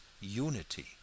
unity